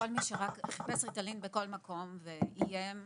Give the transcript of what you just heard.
חיפש ריטלין בכל מקום ואיים.